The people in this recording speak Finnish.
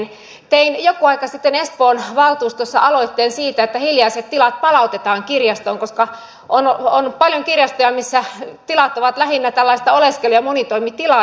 tein joku aika sitten espoon valtuustossa aloitteen siitä että hiljaiset tilat palautetaan kirjastoon koska on paljon kirjastoja missä tilat ovat lähinnä tällaista oleskelu ja monitoimitilaa